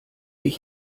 ich